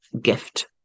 gift